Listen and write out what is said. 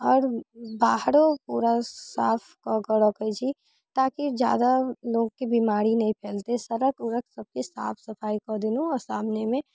आओर बाहरो पूरा साफ कऽ कऽ रखै छी ताकि जादा लोकके बीमारी नहि फैलतै सड़क उड़क सबके साफ सफाइ कऽ देलहुँ आओर सामनेमे